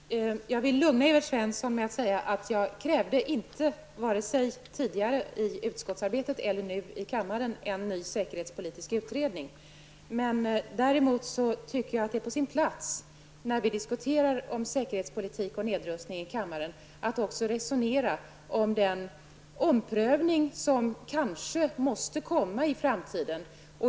Herr talman! Jag vill lugna Evert Svensson med att säga att jag inte, vare sig tidigare i utskottsarbetet eller nu i kammaren, krävt en ny säkerhetspolitisk utredning. Däremot tycker jag att det är på sin plats att när vi diskuterar säkerhetspolitik och nedrustning i kammaren också resonera om den omprövning som kanske måste göras i framtiden.